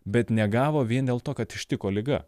bet negavo vien dėl to kad ištiko liga